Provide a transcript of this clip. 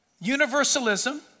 universalism